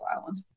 Island